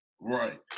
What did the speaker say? Right